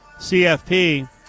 CFP